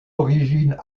origines